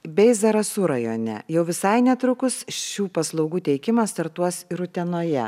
bei zarasų rajone jau visai netrukus šių paslaugų teikimą startuos ir utenoje